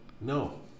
No